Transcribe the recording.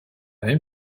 même